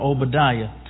Obadiah